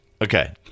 Okay